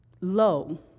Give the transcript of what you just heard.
low